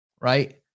right